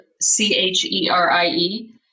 C-H-E-R-I-E